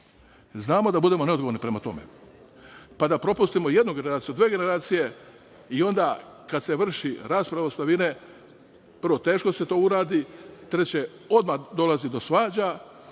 Znamo da budemo neodgovorni prema tome, pa da propustimo jednu generaciju, dve generacije i onda kada se vrši rasprava ostavine, prvo, teško se to uradi, treće, odmah dolazi do svađa,